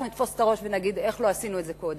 כך שאנחנו נתפוס את הראש ונגיד: איך לא עשינו את זה קודם.